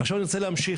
עכשיו אני רוצה להמשיך.